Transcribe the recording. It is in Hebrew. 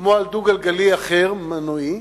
כמו על דו-גלגלי אחר, מנועי,